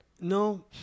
No